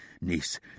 niece